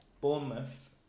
Bournemouth